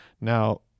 now